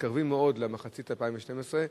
מתקרבים מאוד למחצית 2012,